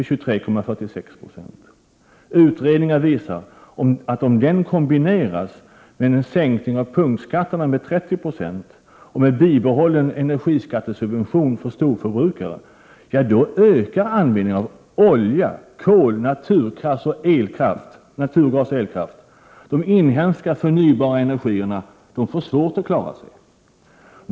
Utredningar visar att om den kombineras med en sänkning av punktskatterna med 30 26 och med bibehållen energiskattesubvention för storförbrukare då ökar användningen av olja, kol, naturgas och elkraft. De inhemska förnybara energikällorna får svårt att hävda sig.